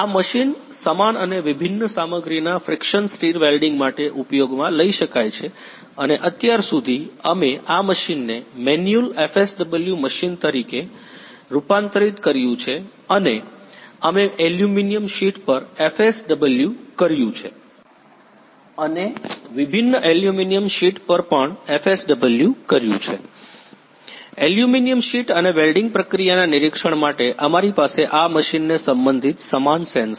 આ મશીન સમાન અને વિભિન્ન સામગ્રીના ફ્રિકશન સ્ટિર વેલ્ડિંગ માટે ઉપયોગમાં લઈ શકાય છે અને અત્યાર સુધી અમે આ મશીનને મેન્યુઅલ FSW મશીન તરીકે રૂપાંતરિત કર્યું છે અને અમે એલ્યુમિનિયમ શીટ પર FSW કર્યું છે અને વિભિન્ન એલ્યુમિનિયમ શીટ પર પણ FSW કર્યું છે એલ્યુમિનિયમ શીટ અને વેલ્ડીંગ પ્રક્રિયાના નિરીક્ષણ માટે અમારી પાસે આ મશીનને સંબંધિત સમાન સેન્સર છે